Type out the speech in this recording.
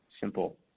simple